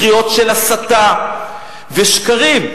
קריאות של הסתה ושקרים.